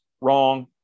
wrong